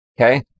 Okay